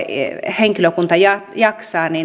henkilökunta jaksaa